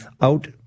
out